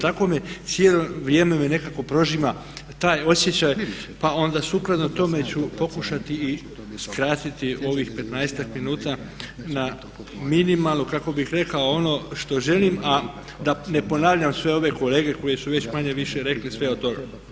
Tako me cijelo vrijeme nekako prožima taj osjećaj pa onda sukladno tome ću pokušati i skratiti ovih 15-ak minuta na minimalno kako bih rekao ono što želim, a da ne ponavljam sve ove kolege koji su već manje-više rekli sve o tome.